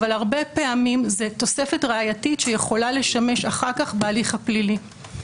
אבל הרבה פעמים זו תוספת ראייתית שיכולה לשמש אחר כך בהליך הפלילי.